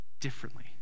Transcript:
differently